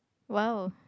!wow!